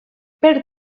per